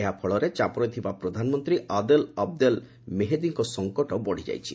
ଏହାଫଳରେ ଚାପରେ ଥିବା ପ୍ରଧାନମନ୍ତ୍ରୀ ଆଦେଲ ଅବଦେଲ ମେହେଦିଙ୍କ ସଂକଟ ବଢ଼ିଯାଇଛି